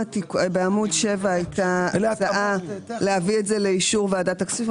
בעמוד 7 הייתה הצעה להביא את זה לאישור ועדת הכספים.